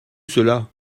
cela